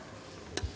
Hvala